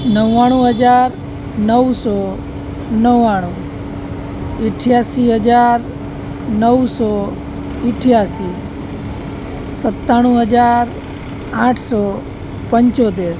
નવ્વાણું હજાર નવસો નવ્વાણું અઠયાસી હજાર નવસો અઠયાસી સત્તાણું હજાર આઠસો પંચોતેર